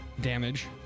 damage